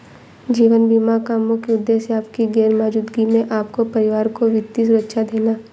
जीवन बीमा का मुख्य उद्देश्य आपकी गैर मौजूदगी में आपके परिवार को वित्तीय सुरक्षा देना